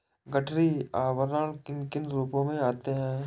गठरी आवरण किन किन रूपों में आते हैं?